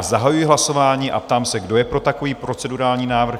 Zahajuji hlasování a ptám se, kdo je pro takový procedurální návrh?